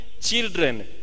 Children